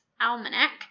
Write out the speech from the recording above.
Almanac